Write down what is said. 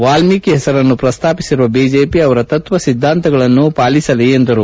ವಾಲ್ಮೀಕಿ ಹೆಸರನ್ನು ಪ್ರಸ್ತಾಪಿಸಿರುವ ಬಿಜೆಪಿ ಅವರ ತತ್ವ ಸಿದ್ದಾಂತಗಳನ್ನು ಅನುಸರಿಸಲಿ ಎಂದರು